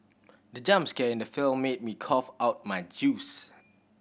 the jump scare in the film made me cough out my juice